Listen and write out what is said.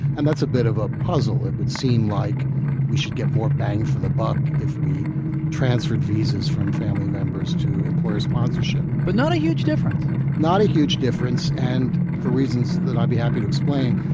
and that's a bit of a puzzle. it would seem like we should get more bang for the buck if we transferred visas from family members to employer sponsorship but not a huge difference not a huge difference and for reasons that i'd be happy to explain.